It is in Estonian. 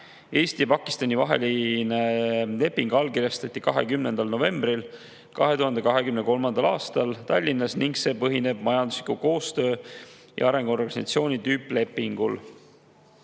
Eesti ja Pakistani vaheline leping allkirjastati 20. novembril 2023. aastal Tallinnas ning see põhineb Majandusliku Koostöö ja Arengu Organisatsiooni tüüplepingul.